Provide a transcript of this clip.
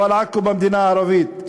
אבל עכו במדינה הערבית,